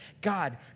God